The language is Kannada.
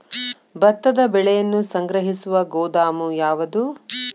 ಭತ್ತದ ಬೆಳೆಯನ್ನು ಸಂಗ್ರಹಿಸುವ ಗೋದಾಮು ಯಾವದು?